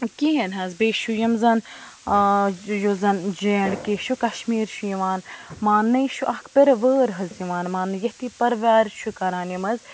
کِہیٖنۍ حظ بیٚیہِ چھُ یِم زَن یُس زَن جے اینٛڈ کے چھُ کَشمیٖر چھُ یِوان ماننہٕ چھُ اَکھ پِرٕ وٲرۍ حظ یِوان ماننہٕ یتھ یہِ پروار چھُ کَران یِم حظ